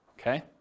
okay